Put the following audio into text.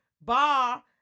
Bar